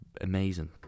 amazing